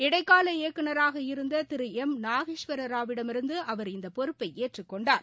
இடைக்கால இயக்குநராக இருந்த திரு எம் நாகேஸ்வரராவிடமிருந்து அவர் இந்த பொறுப்பை ஏற்றுக் கொண்டார்